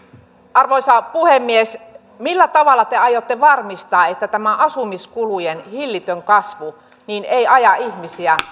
arvoisa puhemies millä tavalla te aiotte varmistaa että tämä asumiskulujen hillitön kasvu ei aja ihmisiä